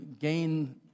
gain